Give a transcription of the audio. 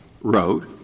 wrote